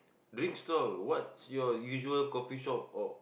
drink stall what's your usual coffeeshop or